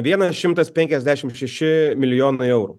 vienas šimtas penkiasdešim šeši milijonai eurų